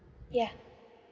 yeah